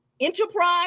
enterprise